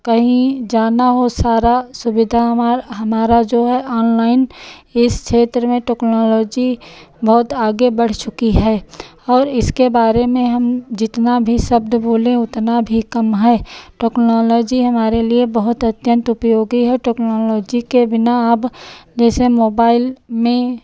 कहीं जाना हो सारा सुविधा हमार हमारा जो है ऑनलाइन इस क्षेत्र में टेक्नोलॉजी बहुत आगे बढ़ चुकी है और इसके बारे में हम जितना भी शब्द बोलें उतना भी कम है टेक्नोलॉजी हमारे लिए बहुत अत्यंत उपयोगी है टेक्नोलॉजी के बिना अब जैसे मोबाइल में